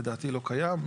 לדעתי לא קיים,